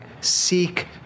seek